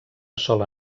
sola